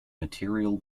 material